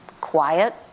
quiet